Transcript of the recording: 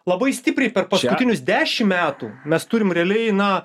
labai stipriai per paskutinius dešim metų mes turim realiai na